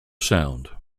sound